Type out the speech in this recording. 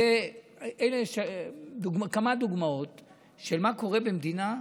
אלה כמה דוגמאות של מה שקורה במדינה,